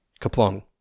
Kaplong